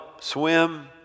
swim